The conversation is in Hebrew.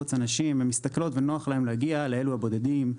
לעקוץ אנשים הן מסתכלות ונוח להם להגיע לאלו הבודדים.